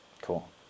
Cool